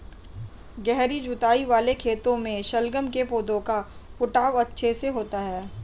गहरी जुताई वाले खेतों में शलगम के पौधे का फुटाव अच्छे से होता है